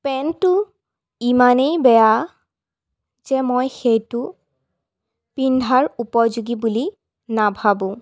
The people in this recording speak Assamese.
পেন্টটো ইমানেই বেয়া যে মই সেইটো পিন্ধাৰ উপযোগী বুলি নাভাবোঁ